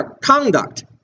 conduct